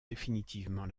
définitivement